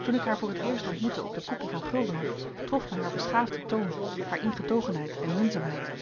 toen ik haar voor het eerst ontmoette op den koepel van guldenhof trof mij haar beschaafde toon haar ingetogenheid en minzaamheid